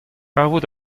kavout